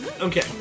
okay